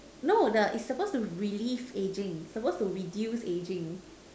no the is supposed to release ageing supposed to reduce ageing